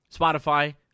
Spotify